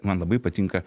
man labai patinka